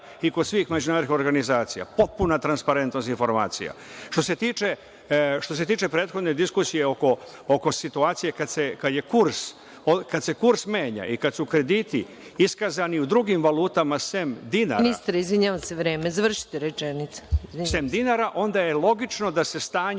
i kod svih međunarodnih organizacija. Potpuna transparentnost informacija. Što se tiče prethodne diskusije oko situacije kada se kurs menja i kada su krediti iskazani u drugim valutama, sem dinara… **Maja Gojković** Ministre, izvinjavam se, vreme, završite rečenicu. **Dušan Vujović** …sem dinara, onda je logično da se stanje